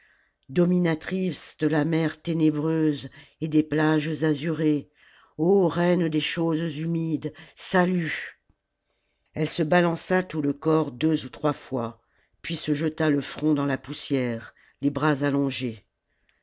dominatrice de la mer ténébreuse et des plages azurées ô reine des choses humides salut elle se balança tout le corps deux ou trois fois puis se jeta le front dans la poussière les bras allongés